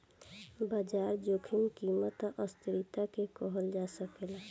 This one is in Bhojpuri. बाजार जोखिम कीमत आ अस्थिरता के कहल जा सकेला